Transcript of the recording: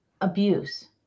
abuse